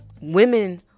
women